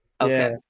Okay